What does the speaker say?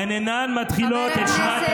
חבר הכנסת